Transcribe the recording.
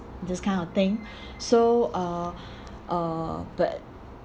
this kind of thing so uh uh but